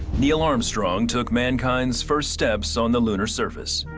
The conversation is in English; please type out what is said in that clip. neil armstrong took mankind's first steps on the lunar surface.